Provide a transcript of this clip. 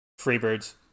Freebirds